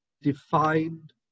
defined